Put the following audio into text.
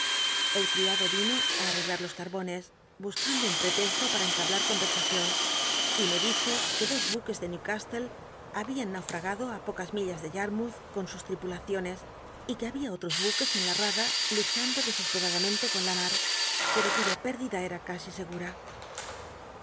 el criado vino á arreglar los carcsto pal'a enlabiar conbones buscando un prel vcrsacion y me dijo que dos buques de newcasllc habian naufragado á pocas millas de yarmouth con sus tripulaciones y que babia otros buques en la rada luchando desesperadamente con la mar pero cuya pérdida era casi segura